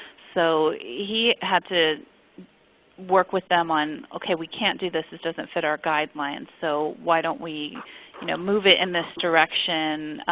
so he had to work with them on, okay, we can't do this. it doesn't fit our guidelines, so why don't we you know move it in this direction.